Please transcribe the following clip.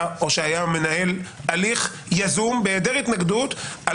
או שהוא היה מנהל הליך יזום בהיעדר התנגדות על